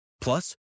Plus